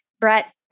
Brett